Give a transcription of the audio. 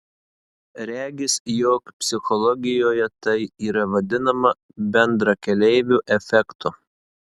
regis jog psichologijoje tai yra vadinama bendrakeleivio efektu